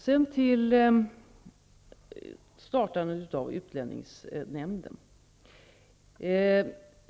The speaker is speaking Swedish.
Vidare har vi införandet av utlänningsnämnden.